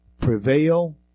prevail